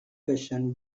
question